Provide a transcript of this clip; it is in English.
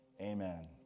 Amen